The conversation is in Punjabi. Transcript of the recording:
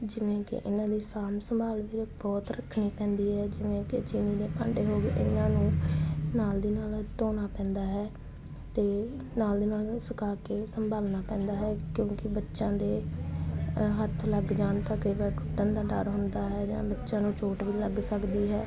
ਜਿਵੇਂ ਕਿ ਇਹਨਾਂ ਦੀ ਸਾਂਭ ਸੰਭਾਲ ਵੀ ਬਹੁਤ ਰੱਖਣੀ ਪੈਂਦੀ ਹੈ ਜਿਵੇਂ ਕਿ ਚੀਨੀ ਦੇ ਭਾਂਡੇ ਹੋ ਗਏ ਇਹਨਾਂ ਨੂੰ ਨਾਲ ਦੀ ਨਾਲ ਧੋਣਾ ਪੈਂਦਾ ਹੈ ਤੇ ਨਾਲ ਦੀ ਨਾਲ ਸੁਕਾ ਕੇ ਸੰਭਾਲਣਾ ਪੈਂਦਾ ਹੈ ਕਿਉਂਕਿ ਬੱਚਿਆਂ ਦੇ ਹੱਥ ਲੱਗ ਜਾਣ ਤਾਂ ਕਈ ਵਾਰ ਟੁੱਟਣ ਦਾ ਡਰ ਹੁੰਦਾ ਹੈ ਜਾਂ ਬੱਚਿਆਂ ਨੂੰ ਚੋਟ ਵੀ ਲੱਗ ਸਕਦੀ ਹੈ